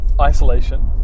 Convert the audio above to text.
isolation